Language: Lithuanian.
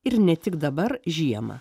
ir ne tik dabar žiemą